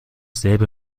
selbe